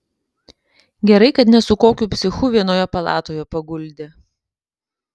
gerai kad ne su kokiu psichu vienoje palatoje paguldė